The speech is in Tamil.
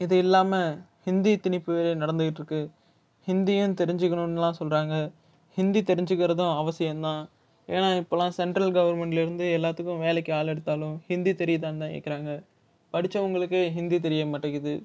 இது இல்லாமல் ஹிந்தி திணிப்பு வேறு நடந்துகிட்டு இருக்கு ஹிந்தியும் தெரிஞ்சிக்கிணுன்னுலாம் சொல்லுறாங்க ஹிந்தி தெரிஞ்சிக்கிறதும் அவசியம் தான் ஏன்னா இப்போலாம் சென்ட்ரல் கவுர்மெண்ட்லேருந்து எல்லாத்துக்கும் வேலைக்கு ஆள் எடுத்தாலும் ஹிந்தி தெரியுதான்னுதான் கேட்குறாங்க படிச்சவங்களுக்கே ஹிந்தி தெரிய மாட்டேங்குது